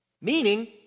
meaning